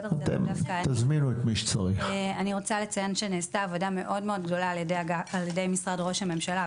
אני רוצה לציין שנעשתה עבודה מאוד מאוד גדולה ע"י משרד ראש הממשלה,